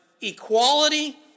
equality